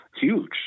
Huge